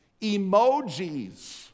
Emojis